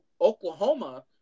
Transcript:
Oklahoma